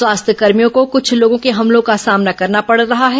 स्वास्थ्यकर्भियों को कुछ लोगों के हमलों का सामना करना पड़ रहा है